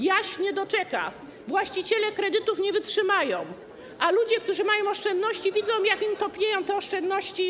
Jaś nie doczeka, właściciele kredytów nie wytrzymają, a ludzie, którzy mają oszczędności, widzą, jak im topnieją w oczach te oszczędności.